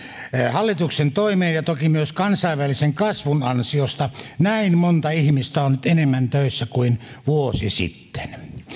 hallituksen toimien ja toki myös kansainvälisen kasvun ansiosta näin monta ihmistä enemmän on töissä kuin vuosi sitten